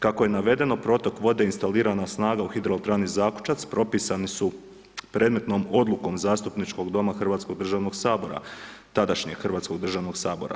Kako je navedeno, protok vode instalirana snaga u hidroelektrani Zakučac, propisani su predmetnom odlukom zastupničkog doma Hrvatskog državnog Sabora, tadašnjeg Hrvatskog državnog sabora.